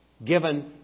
given